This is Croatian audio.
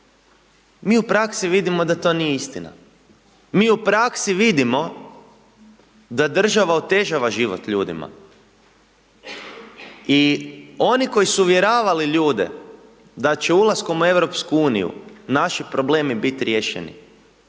mi u praksi vidimo da to nije istina. Mi u praksi vidimo da država otežava život ljudima. I oni koji su uvjeravali ljude, da će ulaskom u EU, naši problemi biti riješeni,